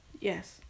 Yes